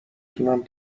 تونم